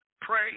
pray